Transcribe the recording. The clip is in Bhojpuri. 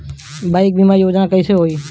बाईक बीमा योजना कैसे होई?